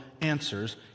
answers